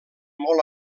molt